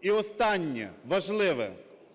І останнє важливе.